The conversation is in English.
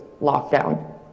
lockdown